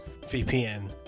VPN